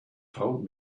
told